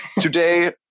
today